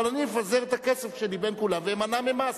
אבל אני אפזר את הכסף שלי בין כולם ואמנע ממס.